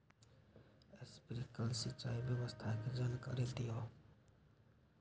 Sprinkler सिंचाई व्यवस्था के जाकारी दिऔ?